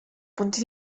punti